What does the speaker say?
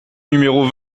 numéro